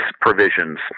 provisions